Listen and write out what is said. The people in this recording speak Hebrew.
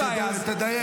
תדייק.